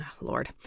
Lord